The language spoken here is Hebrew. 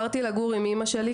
אני רוצה לומר שרף האלימות,